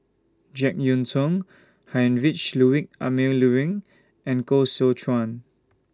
Jek Yeun Thong Heinrich Ludwig Emil Luering and Koh Seow Chuan